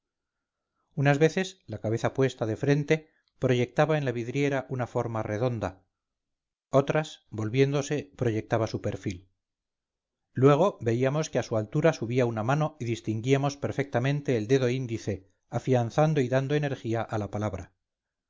unas veces la cabeza puesta de frente proyectaba en la vidriera una forma redonda otras volviéndose proyectaba su perfil luego veíamosque a su altura subía una mano y distinguíamos perfectamente el dedo índice afianzando y dando energía a la palabra